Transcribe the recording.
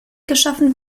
geschaffen